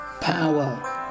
power